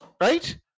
right